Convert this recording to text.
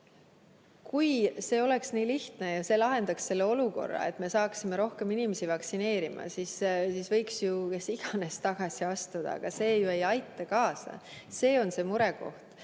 Kui see oleks nii lihtne ja see lahendaks selle olukorra, et me saaksime rohkem inimesi vaktsineerima, siis võiks ju kes iganes tagasi astuda. Aga see ju ei aita kaasa. See on see murekoht.